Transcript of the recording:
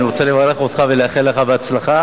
אני רוצה לברך אותך ולאחל לך הצלחה,